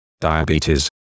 diabetes